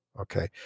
Okay